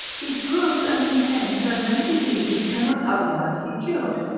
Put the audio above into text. he proves and contends that many diseases cannot otherwise be cured.